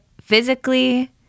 physically